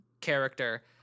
character